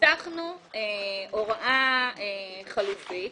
ניסחנו הוראה חלופית,